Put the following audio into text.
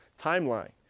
timeline